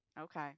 okay